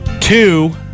Two